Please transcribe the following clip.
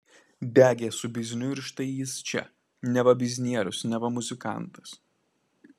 degė su bizniu ir štai jis čia neva biznierius neva muzikantas